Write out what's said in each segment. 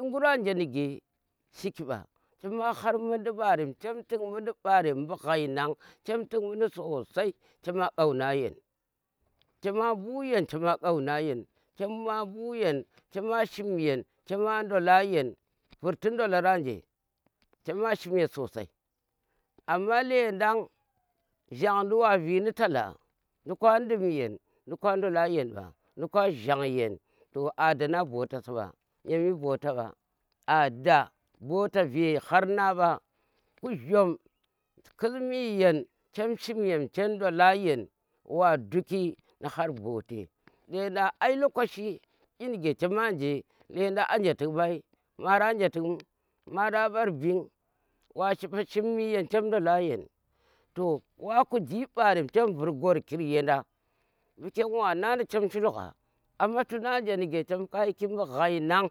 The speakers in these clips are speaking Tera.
Ee ghur anje nige shi ki ɓa chama har muundi mɓarem chem tik muundi ghai na, chem tik muundi sosai chema kauna yeng, chema mbu yeng chema kauna yean, chema mbu yeng, chema shiim yeng, chema ndola yeng virti ndolaranje chema shim yend sosai amma lendang jandi wa vi ni tala dim yeng duka ndola yeny ɓa, nduka gjang yen dada na bota si ɓa, ada boba ve har na ɓa ku gjum kismi yeng, chem shiim yeng, chem ndola yeng wa duki ni har bote, lendang ai lokaci inige chema nje lendang anje tik mɓa ai, mari anje tik mu? mari a ɓar bing, wa shiipa shiim yeng chem ndola yeng to wa kuji mɓarem chem vur gworki yanda, mbu chem wa nanda chem shulgha, amma tu anje nige chem ka shi ki mbu ghai ne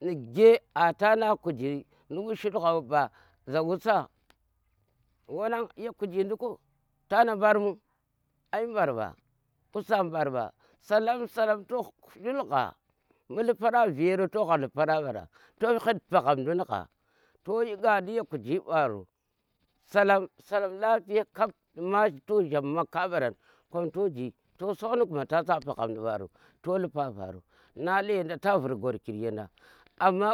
nige a to no kuji nduk mbu shulgha ɓa za usa? wanang ye kuji nduku tana mbar mu ai mbar ɓa, usa mbar ba solam solam toh gha ɓu liparan vero to ghor lipara ɓara, toh feb paghamdi xha toh xhed paghamdin xha to yhi khandi ya kuji ɓaro salam salam lapiya kap toh jham ma kambaran to song nu guma toh sa paghendi ɓaro to lipa varo nang lendan ta vur gwarkir yanda amma.